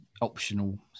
optional